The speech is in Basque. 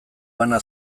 bana